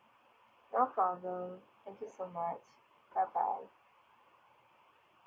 no problem thank you so much bye bye